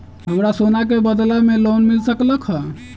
हमरा सोना के बदला में लोन मिल सकलक ह?